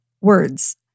words